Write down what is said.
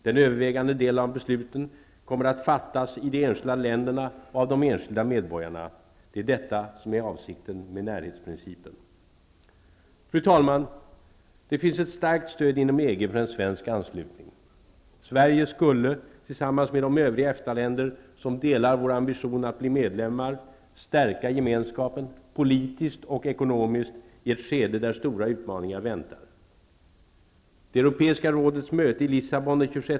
Den övervägande delen av besluten kommer att fattas i de enskilda länderna och av de enskilda medborgarna. Det är detta som är avsikten med närhetsprincipen. Fru talman! Det finns ett starkt stöd inom EG för en svensk anslutning. Sverige skulle, tillsammans med de övriga EFTA-länder som delar vår ambition att bli medlemmar, stärka gemenskapen -- politiskt och ekonomiskt -- i ett skede där stora utmaningar väntar.